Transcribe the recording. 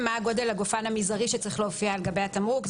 מה גודל הגופן המזערי שצריך להופיע על גבי התמרוק.